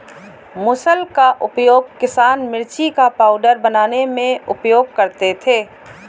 मुसल का उपयोग किसान मिर्ची का पाउडर बनाने में उपयोग करते थे